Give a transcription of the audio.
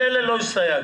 אלה לא הסתייגנו.